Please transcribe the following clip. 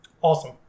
Awesome